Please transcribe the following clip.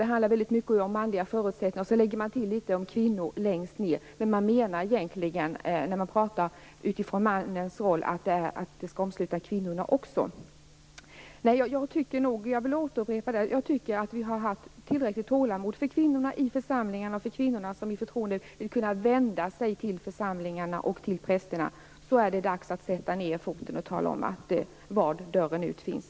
Det handlar väldigt mycket om manliga förutsättningar, och sedan lägger man till litet om kvinnor längst ned. Men när man talar utifrån mannens roll menar man egentligen att det skall omsluta kvinnorna också. Jag vill återupprepa att jag tycker att vi har haft tillräckligt tålamod när det gäller situationen för kvinnorna i församlingarna och de kvinnor som i förtroende vill kunna vända sig till församlingarna och till prästerna. Nu är det dags att sätta ned foten och tala om var dörren ut finns.